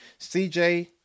CJ